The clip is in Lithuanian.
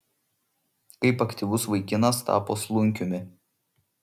kaip aktyvus vaikinas tapo slunkiumi